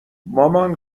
مامان